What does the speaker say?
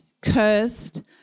cursed